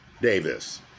Davis